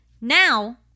Now